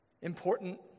important